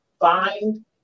find